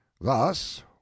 Thus